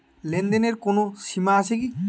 লেনদেনের কোনো সীমা আছে কি?